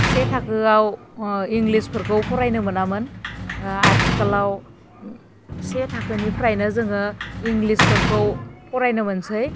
से थाखोआव इंलिस फोरखौ फरायनो मोनामोन आथिखालाव से थाखोनिफ्रायनो जोङो इंलिस फोरखौ फरायनो मोनसै